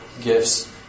gifts